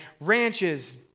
ranches